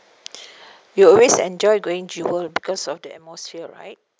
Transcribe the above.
you always enjoy going jewel because of the atmosphere right